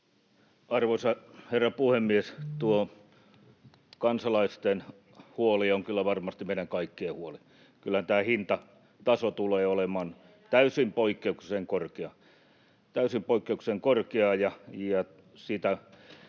Arvoisa herra puhemies! Tuo kansalaisten huoli on kyllä varmasti meidän kaikkien huoli. Kyllä tämä hintataso tulee olemaan täysin poikkeuksellisen korkea